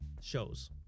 shows